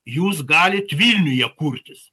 jūs galit vilniuje kurtis